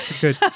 Good